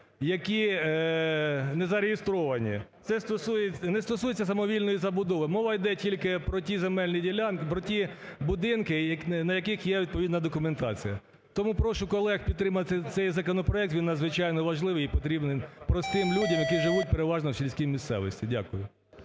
які не зареєстровані. Це стосується… не стосується самовільної забудови. Мова йде тільки про ті земельні ділянки, про ті будинки, на яких є відповідна документація. Тому прошу колег підтримати цей законопроект, він надзвичайно важливий і потрібний простим людям, які живуть переважно у сільській місцевості. Дякую.